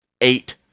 eight